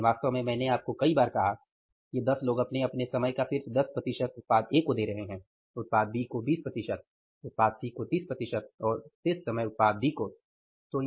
लेकिन वास्तव में मैंने आपको कई बार कहा ये 10 लोग अपने अपने समय का सिर्फ 10 प्रतिशत उत्पाद A को दे रहे हैं उत्पाद बी को 20 प्रतिशत समय उत्पाद सी को 30 प्रतिशत समय और उत्पाद डी को शेष समय